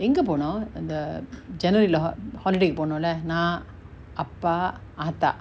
எங்க போனோ அந்த:enga pona antha january lah holiday கு போனோல நா அப்பா ஆத்தா:ku ponola na appa aatha